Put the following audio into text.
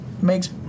makes